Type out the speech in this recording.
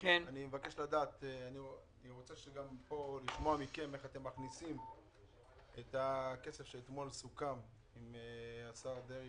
אני רוצה לשמוע מכם איך אתם מכניסים את הכסף שאתמול סוכם עם השר דרעי